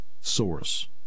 source